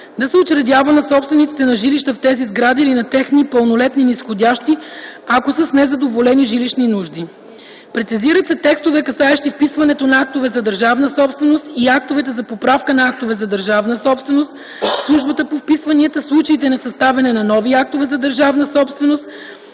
да се учредява на собствениците на жилища в тези сгради или на техни пълнолетни низходящи, ако са с незадоволени жилищни нужди. Прецизират се текстове, касаещи вписването на актовете за държавна собственост и на актовете за поправка на актове за държавна собственост в службата по вписванията, случаите на съставяне на нови актове за държавна собственост,